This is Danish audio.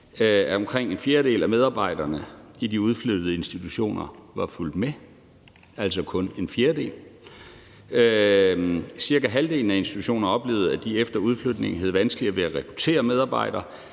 at omkring en fjerdedel af medarbejderne i de udflyttede institutioner var fulgt med – altså kun en fjerdedel. Cirka halvdelen af institutionerne oplevede, at de efter udflytningen havde vanskeligere ved at rekruttere medarbejdere